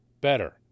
better